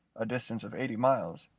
a distance of eighty miles,